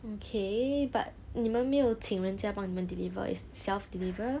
okay but 你们没有请人家帮你们 deliver is self deliver